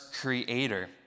creator